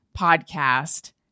podcast